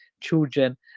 children